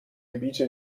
gebiete